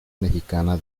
mexicana